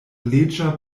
leĝa